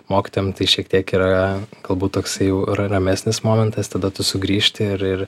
mokytojam tai šiek tiek yra galbūt toksai jau ra ramesnis momentas tada tu sugrįžti ir ir